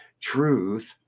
truth